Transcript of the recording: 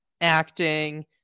acting